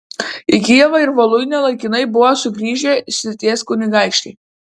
į kijevą ir voluinę laikinai buvo sugrįžę srities kunigaikščiai